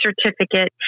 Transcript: certificate